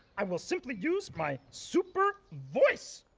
i will simply use my super voice.